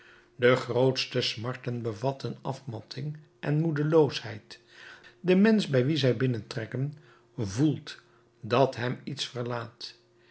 de grootste smarten bevatten afmatting en moedeloosheid de mensch bij wien zij binnentrekken voelt dat hem iets verlaat